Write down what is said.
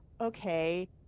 okay